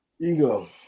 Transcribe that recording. Ego